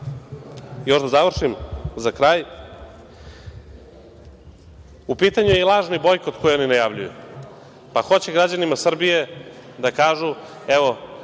da završim, za kraj, u pitanju je i lažni bojkot koji oni najavljuju. Pa, hoće građanima Srbije da kažu, evo